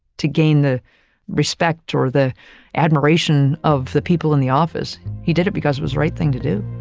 to gain the respect or the admiration of the people in the office. he did it because it was right thing to do.